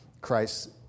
Christ